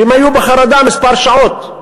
והם היו בחרדה כמה שעות.